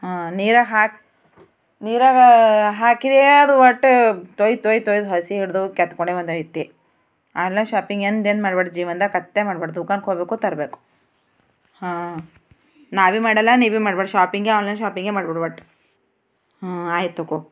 ಹಾಂ ನೀರಲ್ಲಿ ಹಾಕಿ ನೀರಲ್ಲಿ ಹಾಕಿದರೆ ಅದು ಒಟ್ಟು ಹೋಯ್ತು ಹೋಯ್ತು ಹೋಯ್ತು ಹಸಿ ಹಿಡಿದೋಯ್ತು ಆನ್ಲೈನ್ ಶಾಪಿಂಗ್ ಎಂದೆಂದೂ ಮಾಡ್ಬಾರ್ದು ಜೀವನ್ದಾಗ ಕತ್ತೆ ಮಾಡ್ಬಾರ್ದು ದುಖಾನ್ಕ್ ಹೋಗಬೇಕು ತರಬೇಕು ಹಾಂ ನಾವ್ ಬೀ ಮಾಡಲ್ಲ ನೀವ್ ಬೀ ಮಾಡ್ಬಾರ್ದು ಶಾಪಿಂಗೆ ಆನ್ಲೈನ್ ಶಾಪಿಂಗೆ ಮಾಡ್ಬಾರ್ದು ಒಟ್ಟು ಹಾಂ ಆಯ್ತು ತಕೊ